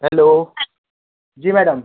hello जी madam